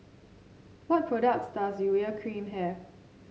what products does Urea Cream have